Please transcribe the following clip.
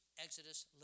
Exodus